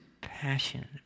passionate